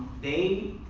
they,